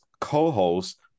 co-host